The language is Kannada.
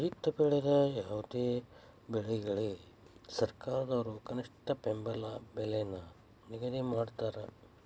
ರೈತ ಬೆಳೆದ ಯಾವುದೇ ಬೆಳೆಗಳಿಗೆ ಸರ್ಕಾರದವ್ರು ಕನಿಷ್ಠ ಬೆಂಬಲ ಬೆಲೆ ನ ನಿಗದಿ ಮಾಡಿರ್ತಾರ